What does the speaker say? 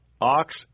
ox